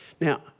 Now